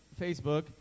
Facebook